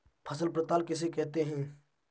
फसल पड़ताल किसे कहते हैं?